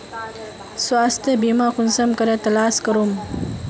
स्वास्थ्य बीमा कुंसम करे तलाश करूम?